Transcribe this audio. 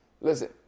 Listen